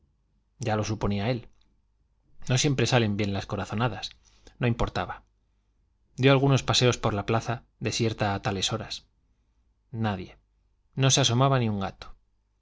ya lo suponía él no siempre salen bien las corazonadas no importaba dio algunos paseos por la plaza desierta a tales horas nadie no se asomaba ni un gato